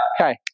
Okay